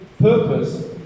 purpose